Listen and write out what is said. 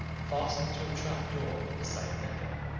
fastened to a trap door of the same metal.